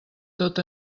tot